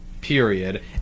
Period